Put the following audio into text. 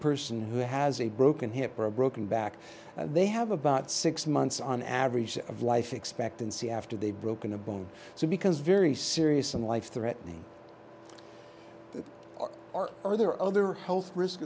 person who has a broken hip or a broken back they have about six months on average of life expectancy after they've broken a bone so because very serious and life threatening or are there other health risk